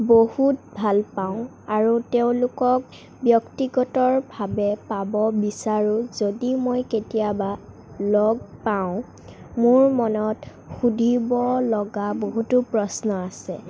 বহুত ভালপাওঁ আৰু তেওঁলোকক ব্য়ক্তিগতভাৱে পাব বিচাৰোঁ যদি মই কেতিয়াবা লগ পাওঁ মোৰ মনত সুধিব লগা বহুতো প্ৰশ্ন আছে